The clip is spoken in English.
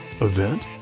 event